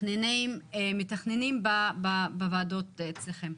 מתכננים בוועדות אצלכם.